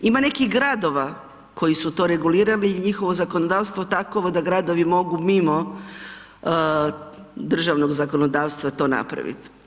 Ima nekih gradova koji su to regulirali i njihovo zakonodavstvo je takovo da gradovi mogu mimo državnog zakonodavstva to napraviti.